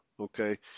Okay